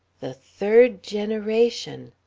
the third generation.